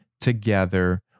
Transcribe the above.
together